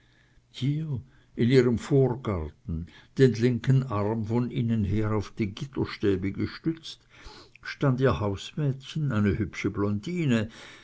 in ihrem vorgarten den linken arm von innen her auf die gitterstäbe gestützt stand ihr hausmädchen eine hübsche blondine